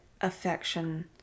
affection